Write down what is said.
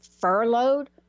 furloughed